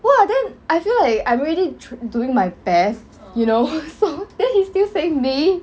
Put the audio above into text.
!wah! then I feel like I'm already doing my best you know so then he still say me